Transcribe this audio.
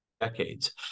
decades